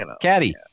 Caddy